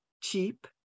cheap